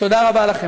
תודה רבה לכם.